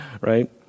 right